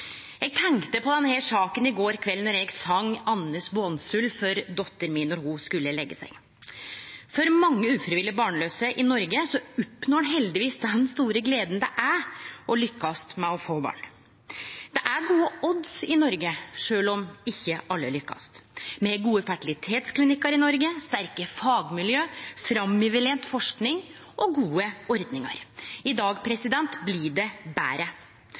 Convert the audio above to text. Eg tenkte på denne saka i går kveld då eg song «Annes bånsull» for dottera mi då ho skulle leggje seg. Mange ufrivillig barnlause i Noreg oppnår heldigvis den store gleda det er å lykkast med å få barn. Det er gode odds i Noreg, sjølv om ikkje alle lykkast. Me har gode fertilitetsklinikkar i Noreg, sterke fagmiljø, framoverlent forsking og gode ordningar. I dag blir det betre.